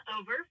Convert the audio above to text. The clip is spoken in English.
over